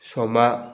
ꯁꯣꯃꯥ